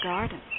Garden